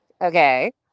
okay